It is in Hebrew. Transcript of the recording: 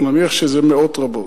נניח שזה מאות רבות,